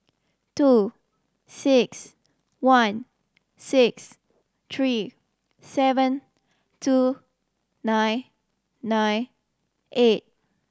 two six one six three seven two nine nine eight